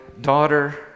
daughter